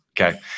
Okay